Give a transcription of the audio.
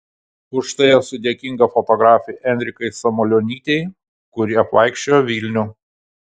už tai esu dėkinga fotografei enrikai samulionytei kuri apvaikščiojo vilnių